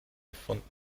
gefunden